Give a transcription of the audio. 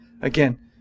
Again